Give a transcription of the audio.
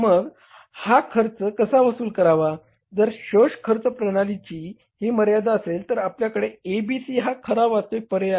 मग हा खर्च कसा वसूल करावा जर शोष खर्च प्रणालीची ही मर्यादा असेल तर आपल्याकडे ABC हा खरा व वास्तविक पर्याय आहे